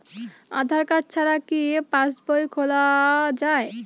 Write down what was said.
আধার card ছাড়া কি পাসবই খোলা যায়?